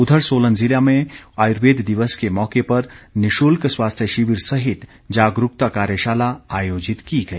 उधर सोलन में आयुर्वेद दिवस के मौके पर निशुल्क स्वास्थ्य शिविर सहित जागरूकता कार्यशाला आयोजित की गई